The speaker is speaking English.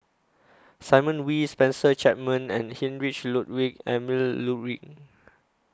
Simon Wee Spencer Chapman and Heinrich Ludwig Emil Luering